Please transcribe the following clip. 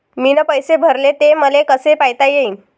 मीन पैसे भरले, ते मले कसे पायता येईन?